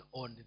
on